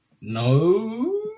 No